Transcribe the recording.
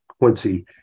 Quincy